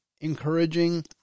encouraging